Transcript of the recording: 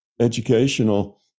educational